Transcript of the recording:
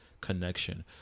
connection